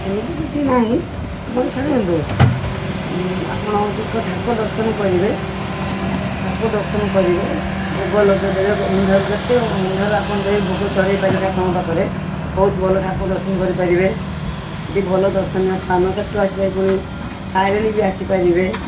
ସେମିତି କିଛି ନାହିଁ ଆପଣ ଛାଡ଼ି ଦିଅନ୍ତୁ ଆପଣ ହେଉଛୁ ପରା ଠାକୁର ଦର୍ଶନ କରିବେ ଠାକୁର ଦର୍ଶନ କରିବେ ଭୋଗ ଲଗାଇ ଦେବେ ଅନ୍ଧାରୁ ଯେତେ ଅନ୍ଧାରୁ ଆପଣ ଯାଇକି ଭୋଗ ଚଢ଼ାଇ ପାରିବେ ଠାକୁରଙ୍କ ପାଖରେ ବହୁତ ଭଲ ଠାକୁର ଦର୍ଶନ କରିପାରିବେ ସେଠି ଭଲ ଦର୍ଶନୀୟସ୍ଥାନ ସେଠୁ ଆସିଲେ ପୁଣି ତାରିଣୀ ବି ଆସିପାରିବେ